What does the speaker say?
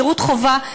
שירות חובה,